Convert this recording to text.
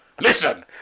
listen